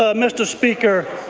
ah mr. speaker,